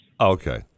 Okay